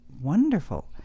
wonderful